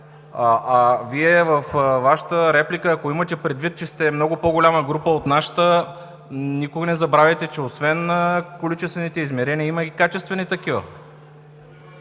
Вие във Вашата реплика ако имате предвид, че сте много по-голяма група от нашата, никога не забравяйте, че освен количествените измерения има и качествени такива.